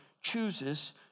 chooses